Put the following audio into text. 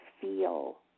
feel